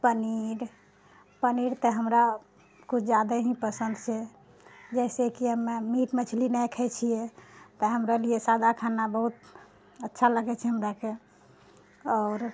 पनीर पनीर तऽ हमरा किछु ज्यादा ही पसन्द छै जाहिसँ कि हमे मीट मछली नहि खाइ छिए तऽ हमरा लिए सादा खाना बहुत अच्छा लागै छै हमराके आओर